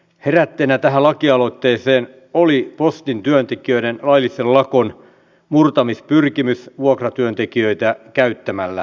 herätteenä tähän lakialoitteeseen oli postin työntekijöiden laillisen lakon murtamispyrkimys vuokratyöntekijöitä käyttämällä